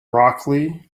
broccoli